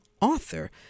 author